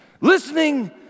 listening